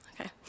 okay